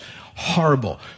Horrible